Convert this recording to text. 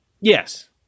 Yes